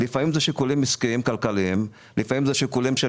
לפעמים אלה שיקולים עסקיים-כלכליים; לפעמים אלה שיקולים של